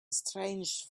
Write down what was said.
strange